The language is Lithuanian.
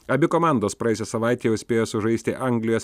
abi komandos praėjusią savaitę jau spėjo sužaisti anglijos